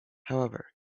however